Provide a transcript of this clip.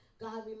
God